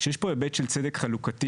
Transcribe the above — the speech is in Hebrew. שיש פה היבט של צדק חלוקתי